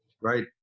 Right